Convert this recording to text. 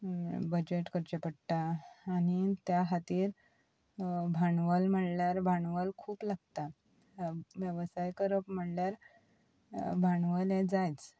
budget करचें पडटा आनी त्या खातीर भांडवल म्हळ्यार भांडवल खूब लागता वेवसाय करप म्हणल्यार भांडवल हें जायच